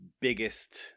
biggest